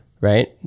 Right